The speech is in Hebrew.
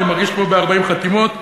אני מרגיש כמו ב-40 חתימות,